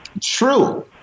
true